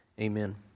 Amen